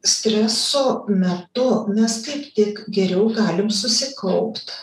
streso metu mes kaip tik geriau galim susikaupt